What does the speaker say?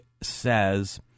says